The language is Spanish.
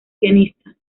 pianista